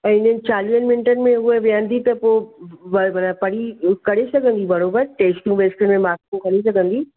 ऐं हिन चालीहनि मिंटनि में हूअ विहंदी त पोइ पढ़ी करे सघंदी बराबरि टेस्टूं टेस्टुनि में मार्कूं खणी सघंदी